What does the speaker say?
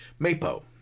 Mapo